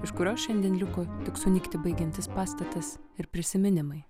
iš kurio šiandien liko tik sunykti baigiantis pastatas ir prisiminimai